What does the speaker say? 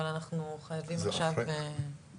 אבל אנחנו חייבים עכשיו --- טוב,